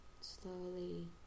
slowly